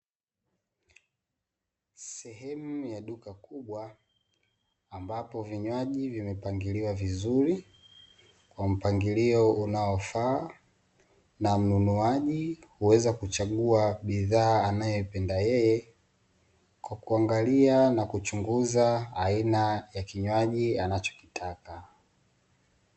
Sehemu ya duka kubwa, ambapo vinywaji vimepangiliwa vizuri kwa mpangilio unaofaa na mnunuaji huweza kuchagua bidhaa anayopenda yeye, kwa kuangalia na kuchunguza aina ya kinywaji anachokitaka.